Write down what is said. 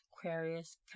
Aquarius